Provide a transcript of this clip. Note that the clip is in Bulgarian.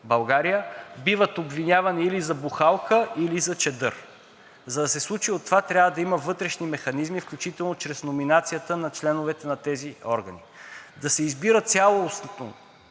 България, биват обвинявани или за бухалка, или за чадър. За да се е случило това, трябва да има вътрешни механизми, включително чрез номинацията на членовете на тези органи. Да се избира цялостно